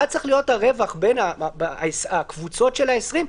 מה צריך להיות הרווח בין קבוצות של 20 אנשים,